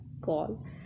call